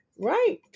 Right